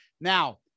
Now